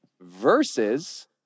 versus